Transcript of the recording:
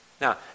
Now